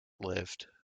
lived